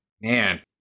man